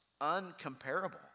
uncomparable